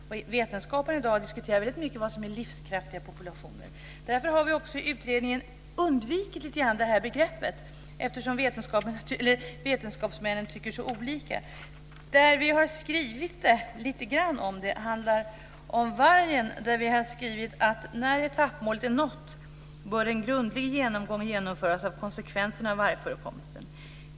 Inom vetenskapen i dag diskuterar man mycket vad som är livskraftiga populationer. Därför har vi också lite grann undvikit det begreppet i utredningen. Vetenskapsmännen tycker så olika. Vi har skrivit lite grann om det, och det handlar om vargen. Vi skriver: När etappmålet är nått bör en grundlig genomgång genomföras av konsekvenserna av vargförekomsten.